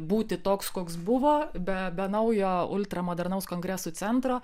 būti toks koks buvo be be naujo ultramodernaus kongresų centro